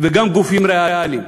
וגם גופים ריאליים,